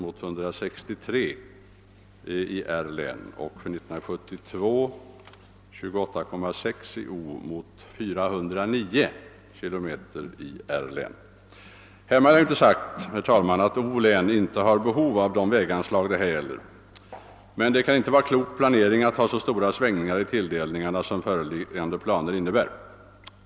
Per miljon kronor blir detta 27 km i O län Härmed är inte sagt, herr talman, att O län inte har behov av de väganslag det här gäller, men det kan inte vara klok planering att ha så stora skillnader i tilldelningarna som föreliggande planer innebär.